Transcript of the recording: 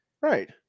Right